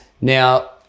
Now